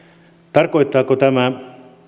tarkoittaako tämä